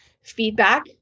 feedback